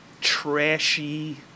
trashy